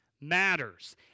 matters